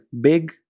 big